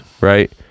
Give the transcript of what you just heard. Right